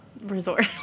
resort